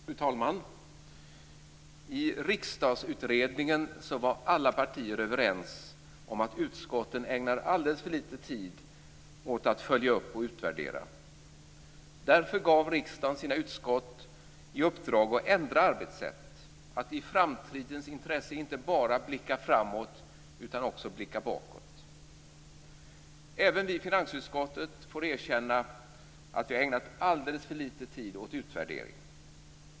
Fru talman! I Riksdagsutredningen var alla partier överens om att utskotten ägnar alldeles för lite tid åt att följa upp och utvärdera. Därför gav riksdagen sina utskott i uppdrag att ändra sina arbetssätt, att i framtidens intresse inte bara blicka framåt utan också blicka bakåt. Även vi i finansutskottet får erkänna att vi har ägnat alldeles för lite tid åt utvärdering.